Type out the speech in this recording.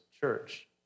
church